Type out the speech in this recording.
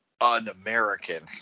un-American